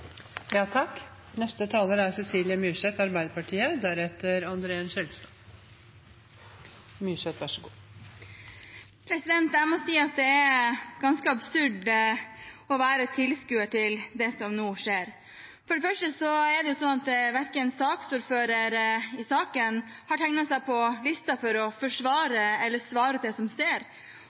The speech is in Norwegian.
Jeg må si at det er ganske absurd å være tilskuer til det som nå skjer. For det første er det slik at saksordføreren ikke har tegnet seg på listen for å forsvare eller svare ut det som skjer,